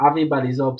אבי בליזובסקי,